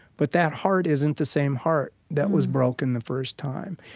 but that heart isn't the same heart that was broken the first time.